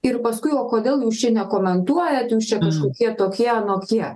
ir paskui o kodėl jūs čia nekomentuojat jūs čia kažkokie tokie anokie